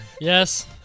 Yes